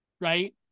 right